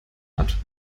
hat